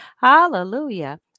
Hallelujah